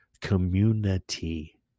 community